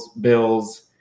bills